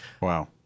Wow